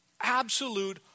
absolute